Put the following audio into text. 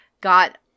got